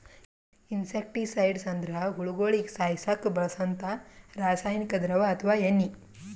insecticides ಅಂದ್ರ ಹುಳಗೋಳಿಗ ಸಾಯಸಕ್ಕ್ ಬಳ್ಸಂಥಾ ರಾಸಾನಿಕ್ ದ್ರವ ಅಥವಾ ಎಣ್ಣಿ